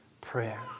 prayer